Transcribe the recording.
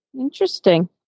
Interesting